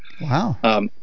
Wow